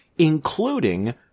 including